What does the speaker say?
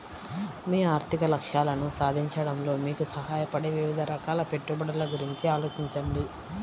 మీ ఆర్థిక లక్ష్యాలను సాధించడంలో మీకు సహాయపడే వివిధ రకాల పెట్టుబడుల గురించి ఆలోచించండి